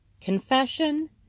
confession